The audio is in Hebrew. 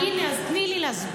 הינה, אז תני לי להסביר.